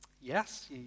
Yes